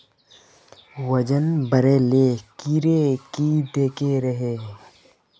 वजन बढे ले कीड़े की देके रहे?